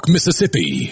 Mississippi